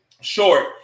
short